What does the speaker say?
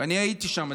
ואני הייתי שם.